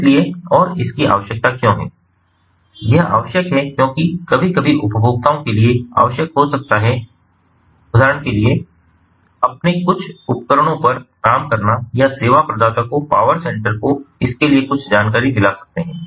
इसलिए और इसकी आवश्यकता क्यों है यह आवश्यक है क्योंकि कभी कभी उपभोक्ताओं के लिए आवश्यक हो सकता है उदाहरण के लिए अपने कुछ उपकरणों पर काम करना या सेवा प्रदाता को पावर सेंटर को इसके लिए कुछ जानकारी दिला सकते हैं